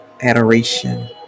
adoration